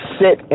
sit